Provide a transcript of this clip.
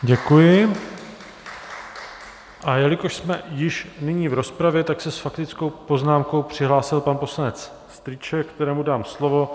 Děkuji, a jelikož jsme již nyní v rozpravě, tak se s faktickou poznámkou přihlásil pan poslanec Strýček, kterému dám slovo.